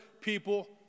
people